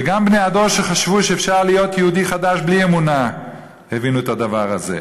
וגם בני הדור שחשבו שאפשר להיות יהודי חדש בלי אמונה הבינו את הדבר הזה.